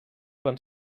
van